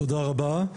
תודה רבה,